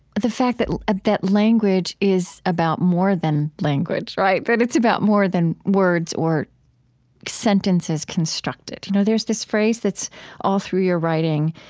the fact that ah that language is about more than language, right? that but it's about more than words or sentences constructed. you know there's this phrase that's all through your writing,